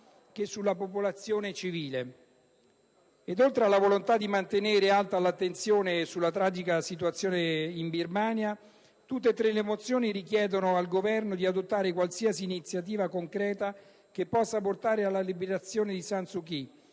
che sulla popolazione civile. Oltre alla volontà di mantenere alta l'attenzione sulla tragica situazione birmana, tutte e tre le mozioni chiedono al Governo di adottare qualsiasi iniziativa concreta che possa portare alla liberazione di Aung San